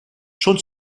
schon